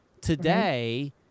today